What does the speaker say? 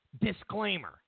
disclaimer